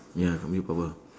ya willpower